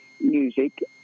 Music